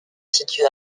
situe